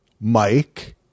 Mike